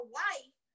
wife